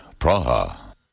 Praha